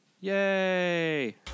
Yay